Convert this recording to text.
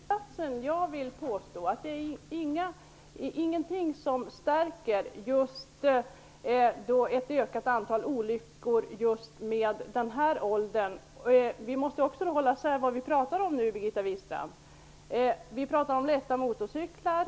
Herr talman! Jag vill tvärtom påstå att det inte finns någonting som stärker att antalet olyckor ökar just i denna åldersgrupp. Vi måste hålla isär vad det är vi talar om, Birgitta Wistrand, nämligen om lätta motorcyklar.